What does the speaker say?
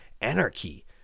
anarchy